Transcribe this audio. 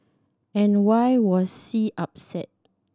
and why was C upset